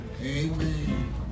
Amen